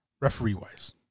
referee-wise